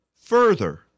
further